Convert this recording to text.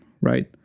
right